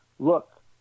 Look